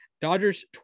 dodgers